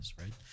right